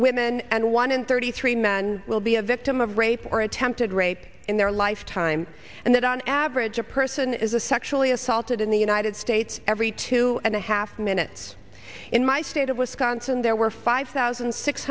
women and one in third three men will be a victim of rape or attempted rape in their lifetime and that on average a person is a sexually assaulted in the united states every two and a half minutes in my state of wisconsin there were five thousand six